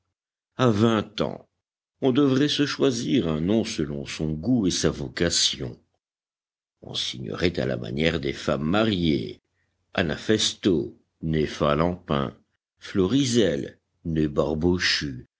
à vingt ans on devrait se choisir un nom selon son goût et sa vocation on signerait à la manière des femmes mariées anafesto né falempin florizel